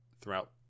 throughout